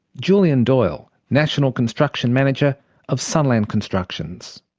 julian doyle, national construction manager of sunland constructions.